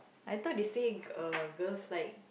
I thought they said uh girls like